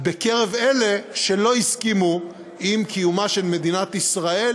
מאוד בקרב אלה שלא הסכימו עם קיומה של מדינת ישראל,